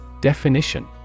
Definition